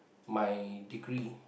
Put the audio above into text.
my degree